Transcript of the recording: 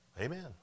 Amen